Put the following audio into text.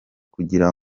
kugira